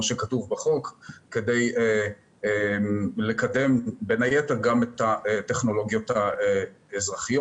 שבין היתר גם תקדם טכנולוגיות אזרחיות.